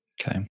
Okay